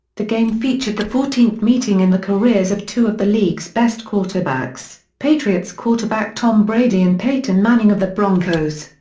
the game featured the fourteenth meeting in the careers of two of the league's best quarterbacks, patriots quarterback tom brady and peyton manning of the broncos.